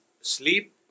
sleep